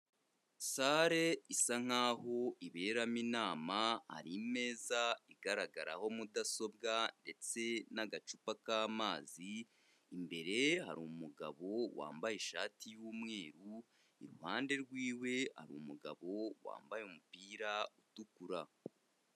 Salle isa nk'aho iberamo inama, hari imeza igaragaraho mudasobwa ndetse n'agacupa k'amazi, imbere hari umugabo wambaye ishati y'umweru, iruhande rwiwe hari umugabo, wambaye umupira utukura.